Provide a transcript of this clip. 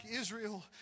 Israel